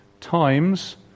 times